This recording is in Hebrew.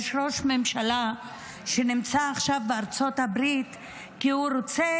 יש ראש ממשלה שנמצא עכשיו בארצות הברית כי הוא רוצה